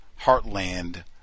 heartland